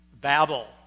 Babel